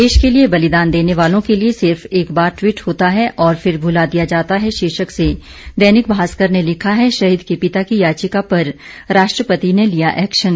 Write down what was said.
देश के लिये बलिदान देने वालों के लिये सिर्फ एक बार ट्वीट होता है और फिर भुला दिया जाता है शीर्षक से दैनिक भास्कर ने लिखा है शहीद के पिता की याचिका पर राष्ट्रपति ने लिया एक्शन